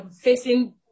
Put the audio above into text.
facing